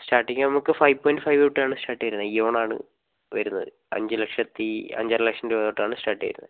starting നമുക്ക് five point five തൊട്ടാണ് start ചെയ്യുന്നത് ഇയോണാണ് വരുന്നത് അഞ്ച് ലക്ഷത്തി അഞ്ചര ലക്ഷം രൂപ തൊട്ടാണ് സ്റ്റാട്ട് ചെയ്യുന്നത്